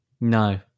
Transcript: No